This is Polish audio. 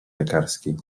lekarskiej